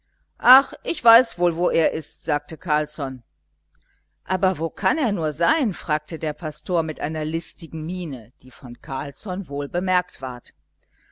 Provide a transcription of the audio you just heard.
ach ich weiß wohl wo er ist sagte carlsson aber wo kann er nur sein fragte der pastor mit einer listigen miene die von carlsson wohl bemerkt ward